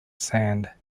sand